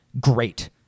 great